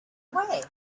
away